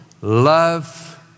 Love